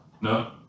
No